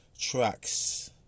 tracks